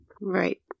Right